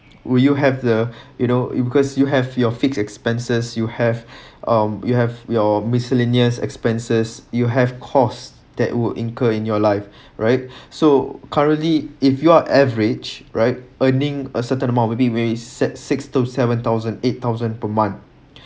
will you have the you know because you have your fix expenses you have um you have your miscellaneous expenses you have cost that would incur in your life right so currently if your average right earning a certain amount maybe where it set six to seven thousand eight thousand per month